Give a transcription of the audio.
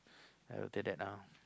after that ah